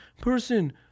person